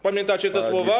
Pamiętacie te słowa.